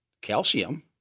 calcium